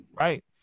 right